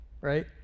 right